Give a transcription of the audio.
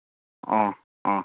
ꯑꯣ ꯑꯣ